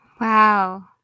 Wow